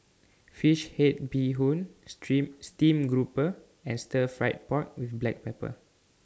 Fish Head Bee Hoon Stream Steam Grouper and Stir Fried Pork with Black Pepper